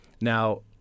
Now